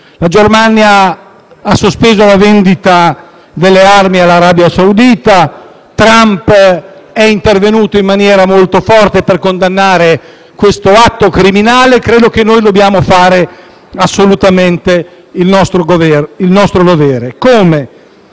La Germania ha sospeso la vendita delle armi all'Arabia Saudita, mentre Trump è intervenuto in maniera molto forte per condannare questo atto criminale. Credo che dobbiamo fare assolutamente il nostro dovere.